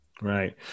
Right